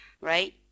right